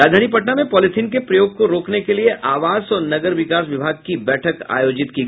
राजधानी पटना में पॉलीथिन के प्रयोग को रोकने के लिये आवास और नगर विकास विभाग की बैठक आयोजित की गयी